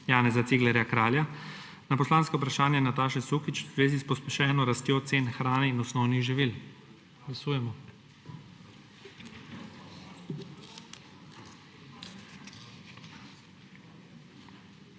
Janeza Ciglerja Kralja na poslansko vprašanje Nataše Sukič v zvezi s pospešeno rastjo cen hrane in osnovnih živil.